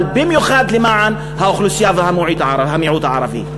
אבל במיוחד למען האוכלוסייה והמיעוט הערבי.